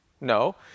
No